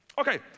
Okay